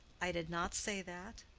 i did not say that.